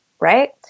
right